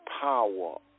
power